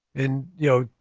in, you know,